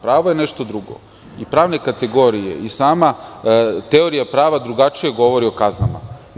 Pravo je nešto drugo i pravne kategorije i sama teorija prava drugačije govori o kaznama.